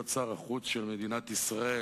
להיות שר החוץ של מדינת ישראל